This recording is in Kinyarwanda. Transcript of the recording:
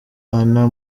anna